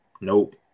Nope